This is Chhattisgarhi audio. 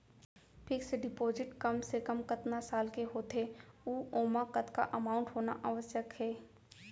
फिक्स डिपोजिट कम से कम कतका साल के होथे ऊ ओमा कतका अमाउंट होना आवश्यक हे?